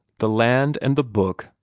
the land and the book,